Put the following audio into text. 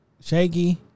shaky